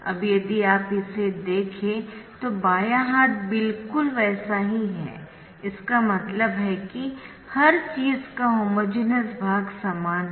अब यदि आप इसे देखें तो बायां हाथ बिल्कुल वैसा ही है इसका मतलब है कि हर चीज का होमोजेनियस भाग समान है